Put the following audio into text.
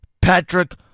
Patrick